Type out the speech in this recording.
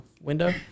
window